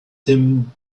tim